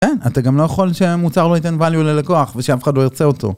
כן, אתה גם לא יכול שמוצר לא ייתן value ללקוח ושאף אחד לא ירצה אותו.